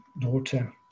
daughter